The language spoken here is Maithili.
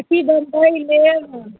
कि बम्बइ लेब